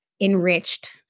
enriched